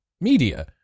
media